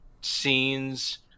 scenes